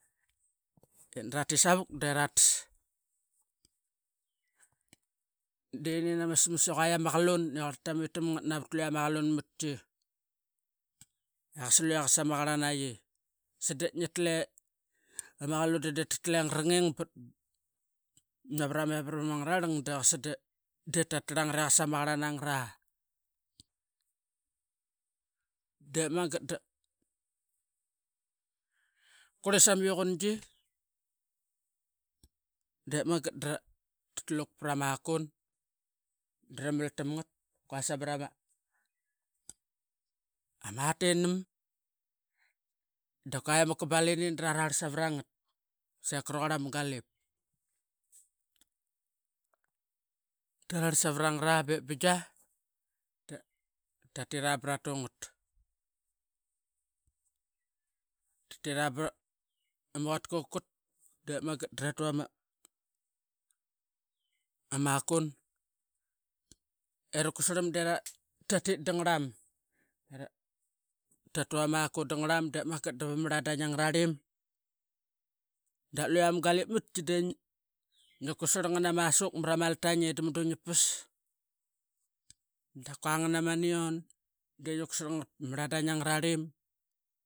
Et nara tit savuk deratas. De nin ama smas iquai ama qalun eqarl tamit tam ngat navat luia ma qalun matki, eqaslue qasa maqarln nai sade ngitla ama qalun de de hu ama qalun ingarangingbat navara me aram ngararlang deqas dep ta tarl ngat eqasa ma qarlanangara dep magat qurli sama iuqungi dep magat dra tatluk prama a kun dramal tam ngat qua samarama ama tinam dakua ama kabalini dra rarl savarangat seka raquarl ama galip. Tararl savarangat a bep bigia da tatira bra tungat, tatira ba ama quatka qakut de magat dra tuama ama kun era kutsarlm era tatit dargarlam era tatu amakun dangarlam dep magat dava ma rladain angararlim. Da luia ma galip matki di ngi kutsarl amasuk marama altain eda mudungi pas dakua ngan ama, nion de ngi kutsarl ngat pa ma rladain ama rarlim.